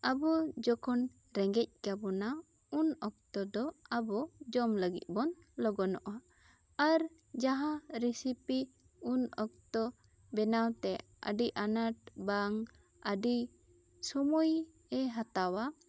ᱟᱵᱚ ᱡᱚᱠᱷᱚᱱ ᱨᱮᱸᱜᱮᱡ ᱠᱟᱵᱚᱱᱟ ᱩᱱ ᱚᱠᱛᱚ ᱫᱚ ᱟᱵᱚ ᱡᱚᱢ ᱞᱟᱹᱜᱤᱫ ᱵᱚᱱ ᱞᱚᱜᱚᱱᱚᱜ ᱟ ᱟᱨ ᱡᱟᱦᱟᱸ ᱨᱮᱥᱤᱯᱤ ᱩᱱ ᱚᱠᱛᱚ ᱵᱮᱱᱟᱣ ᱛᱮ ᱟᱹᱰᱤ ᱟᱱᱟᱴ ᱵᱟᱝ ᱟᱹᱰᱤ ᱥᱚᱢᱚᱭ ᱮ ᱦᱟᱛᱟᱣᱟ